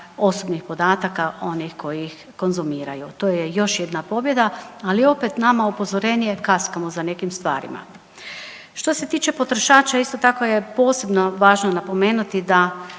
osobnih podataka onih koji ih konzumiraju. To je još jedna pobjeda, ali opet nama upozorenje kaskamo za nekim stvarima. Što se tiče potrošača isto tako je posebno važno napomenuti da